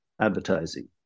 advertising